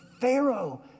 Pharaoh